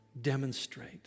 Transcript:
demonstrate